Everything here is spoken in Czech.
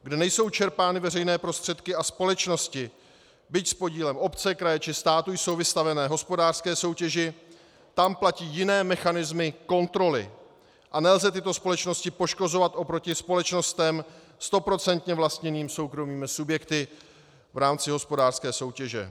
Kde nejsou čerpány veřejné prostředky a společnosti, byť s podílem obce, kraje či státu, jsou vystaveny hospodářské soutěži, tam platí jiné mechanismy kontroly a nelze tyto společnosti poškozovat oproti společnostem stoprocentně vlastněným soukromými subjekty v rámci hospodářské soutěže.